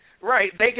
Right